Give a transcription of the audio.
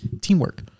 Teamwork